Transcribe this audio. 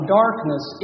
darkness